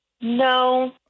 No